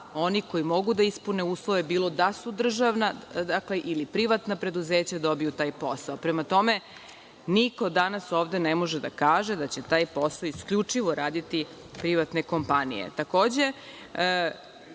oni koji mogu da ispune uslove, bilo da su državna ili privatna preduzeća, da dobiju taj posao. Prema tome, niko danas ovde ne može da kaže da će taj posao isključivo raditi privatne kompanije. Takođe,